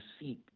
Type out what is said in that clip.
seek